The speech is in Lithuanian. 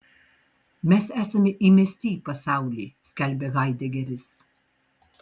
mes esame įmesti į pasaulį skelbia haidegeris